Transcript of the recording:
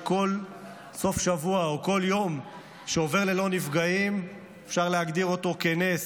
כל סוף שבוע או כל יום שעובר ללא נפגעים אפשר להגדיר אותו כנס.